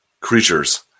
creatures